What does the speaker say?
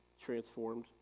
transformed